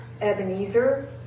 Ebenezer